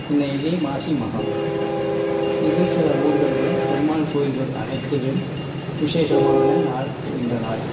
இன்னக்கு மாசி மகம் இது சில ஊர்களில் பெருமாள் கோயில்கள் அனைத்துலையும் விசேஷமான நாள் இந்த நாள்